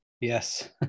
Yes